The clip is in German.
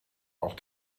auch